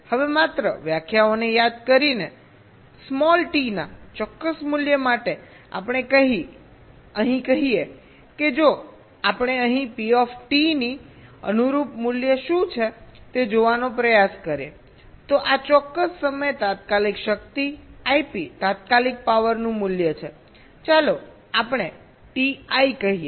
હવે માત્ર વ્યાખ્યાઓને યાદ કરીને t ના ચોક્કસ મૂલ્ય માટે આપણે અહીં કહીએ કે જો આપણે અહીં P ની અનુરૂપ મૂલ્ય શું છે તે જોવાનો પ્રયાસ કરીએ તો આ ચોક્કસ સમયે તાત્કાલિક શક્તિ આઈપી તાત્કાલિક પાવરનું મૂલ્ય છે ચાલો આપણે ti કહીએ